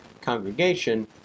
congregation